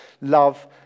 love